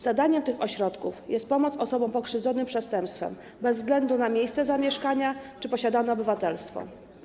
Zadaniem tych ośrodków jest pomoc osobom pokrzywdzonym w wyniku przestępstwa, bez względu na miejsce zamieszkania czy posiadane obywatelstwo.